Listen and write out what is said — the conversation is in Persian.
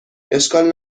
اشکال